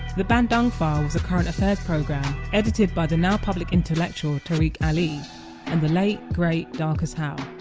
the bandung file was a current affairs programme edited by the now public intellectual tariq ali and the late, great darcus howe.